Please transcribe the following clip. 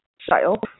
style